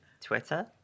Twitter